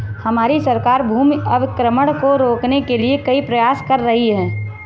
हमारी सरकार भूमि अवक्रमण को रोकने के लिए कई प्रयास कर रही है